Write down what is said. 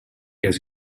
has